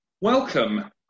Welcome